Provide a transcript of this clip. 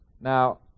Now